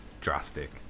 drastic